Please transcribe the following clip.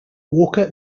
walker